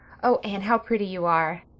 oh, anne, how pretty you are,